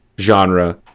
genre